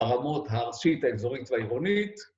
‫הרמות הראשית האזורית והעירונית